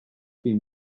been